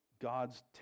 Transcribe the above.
God's